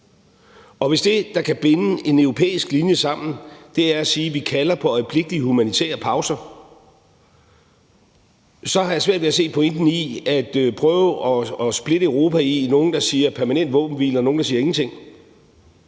Og hvis det, der kan binde en europæisk linje sammen, er at sige, at vi kalder på øjeblikkelige humanitære pauser, så har jeg svært ved at se pointen i at prøve at splitte Europa i nogle, der siger permanent våbenhvile, og nogle, der siger ingenting.